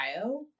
Ohio